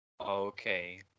Okay